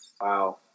Wow